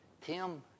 Tim